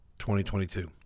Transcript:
2022